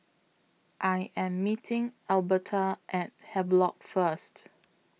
I Am meeting Elberta At Havelock First